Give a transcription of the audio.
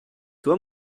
toi